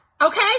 okay